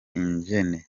ingene